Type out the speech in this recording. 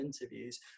interviews